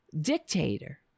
dictator